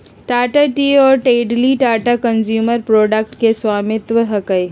Tata tea और Tetley Tata consumer products के स्वामित्व हकय